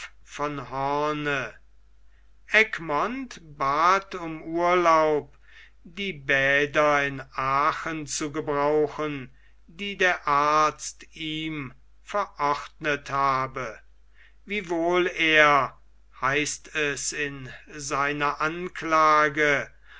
von hoorn egmont bat um urlaub die bäder in aachen zu gebrauchen die der arzt ihm verordnet habe wiewohl er heißt es in seiner anklage